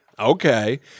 Okay